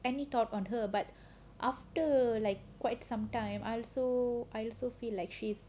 any thought on her but after like quite sometime I also I also feel like she's